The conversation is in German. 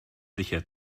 sicher